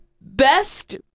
best